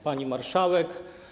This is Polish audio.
Pani Marszałek!